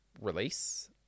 release